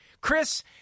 Chris